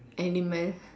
animal